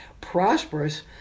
prosperous